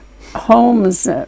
homes